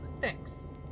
Thanks